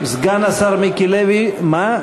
סגן השר מיקי לוי, מה?